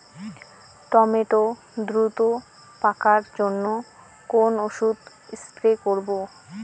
Tomato দ্রুত পাকার জন্য কোন ওষুধ স্প্রে করব?